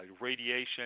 radiation